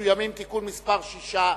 מסוימים (תיקון מס' 6),